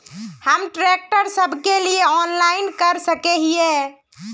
हम ट्रैक्टर सब के लिए ऑनलाइन कर सके हिये?